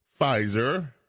Pfizer